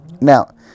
Now